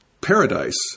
paradise